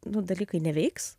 nu dalykai neveiks